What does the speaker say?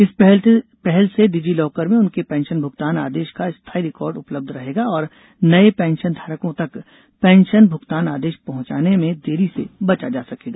इस पहल से डिजी लॉकर में उनके पेंशन भुगतान आदेश का स्थायी रिकॉर्ड उपलब्ध रहेगा और नए पेंशनधारकों तक पेंशन भुगतान आदेश पहंचाने में देरी से बचा जा सकेगा